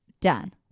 done